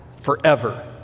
forever